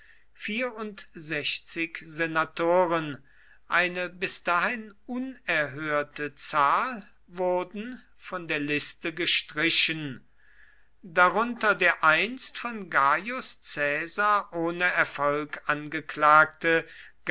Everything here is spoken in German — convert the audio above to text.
vierundsechzig senatoren eine bis dahin unerhörte zahl wurden von der liste gestrichen darunter der einst von gaius caesar ohne erfolg angeklagte